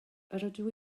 rydw